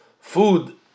food